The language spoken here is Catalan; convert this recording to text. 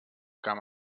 camp